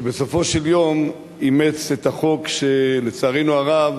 שבסופו של יום אימץ את החוק שלצערנו הרב